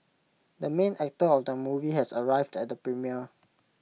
the main actor of the movie has arrived at the premiere